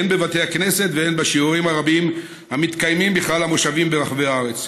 הן בבתי הכנסת והן בשיעורים הרבים המתקיימים בכלל המושבים ברחבי הארץ.